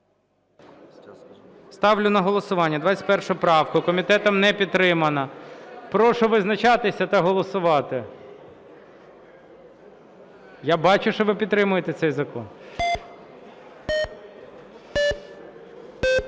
Ставлю на голосування 21 правку. Комітетом не підтримана. Прошу визначатися та голосувати. Я бачу, що ви підтримуєте цей закон. 13:25:39